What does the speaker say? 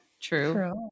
true